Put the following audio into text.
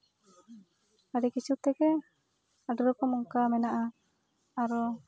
ᱟᱹᱰᱤ ᱠᱤᱪᱷᱩ ᱛᱮᱜᱮ ᱟᱹᱰᱤ ᱨᱚᱠᱚᱢ ᱚᱱᱠᱟ ᱢᱮᱱᱟᱜᱼᱟ ᱟᱨᱚ